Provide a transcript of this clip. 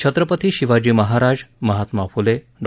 Chhatrapati Shivaji Maharaj Mahatma Phule Dr